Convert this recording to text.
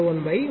010